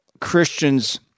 Christians